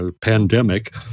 pandemic